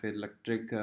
electric